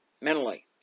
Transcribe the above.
mentally